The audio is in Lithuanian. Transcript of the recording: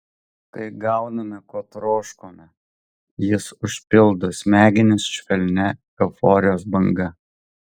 kai gauname ko troškome jis užpildo smegenis švelnia euforijos banga